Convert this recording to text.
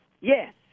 yes